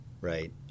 right